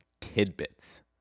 tidbits